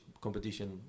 competition